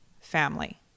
family